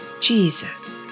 Jesus